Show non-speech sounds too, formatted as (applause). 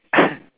(coughs)